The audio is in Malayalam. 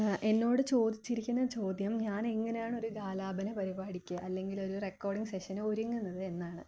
എന്നോട് ചോദിച്ചിരിക്കുന്ന ചോദ്യം ഞാൻ എങ്ങനെയാണ് ഒരു ഗാലാപന പരിപാടിക്ക് അല്ലെങ്കില് ഒരു റെക്കോഡിങ് സെഷന് ഒരുങ്ങുന്നത് എന്നാണ്